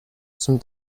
some